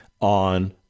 on